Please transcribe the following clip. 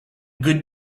good